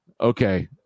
Okay